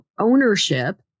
ownership